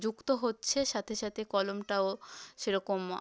যুক্ত হচ্ছে সাথে সাথে কলমটাও সেরকম